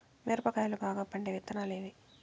మిరప కాయలు బాగా పండే విత్తనాలు ఏవి